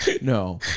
No